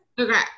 Okay